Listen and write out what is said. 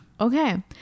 Okay